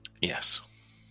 Yes